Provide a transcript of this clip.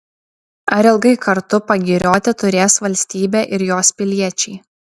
ar ilgai kartu pagirioti turės valstybė ir jos piliečiai